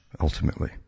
Ultimately